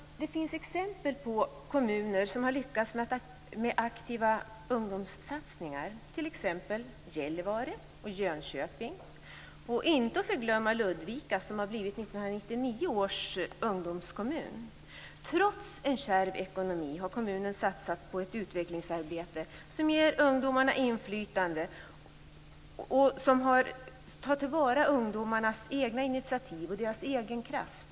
Det finns exempel på kommuner som har lyckats med aktiva ungdomssatsningar - t.ex. Gällivare, Jönköping och, inte att förglömma, Ludvika, som har blivit 1999 års ungdomskommun. Trots en kärv ekonomi har kommunen satsat på ett utvecklingsarbete som ger ungdomarna inflytande och som tar till vara ungdomarnas egna initiativ och deras egen kraft.